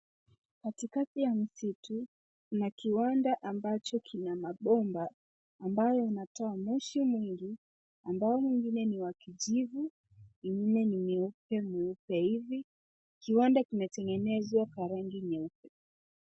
Katikati ya msitu kuna kiwanda ambacho kina mabomba ambayo yanatoa moshi nyingi, ambayo mengine ni ya kijivu, mengine ni meupe ivi. Kiwanda kimetengenezwa kwa rangi nyeupe.